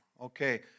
Okay